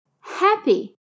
happy